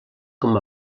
com